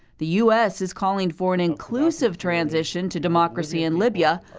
the u s. is calling for an inclusive transition to democracy in libya,